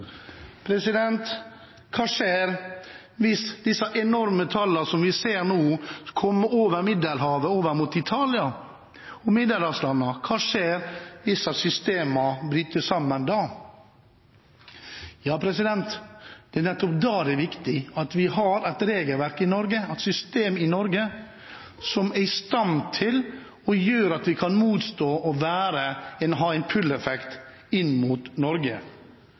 Hva skjer hvis de enorme tallene som vi ser nå, kommer over Middelhavet mot Italia og middelhavslandene? Hva skjer hvis systemene bryter sammen da? Det er nettopp da det er viktig at vi har et regelverk i Norge, et system i Norge, som gjør oss i stand til å motstå det å ha en pull-effekt inn mot Norge.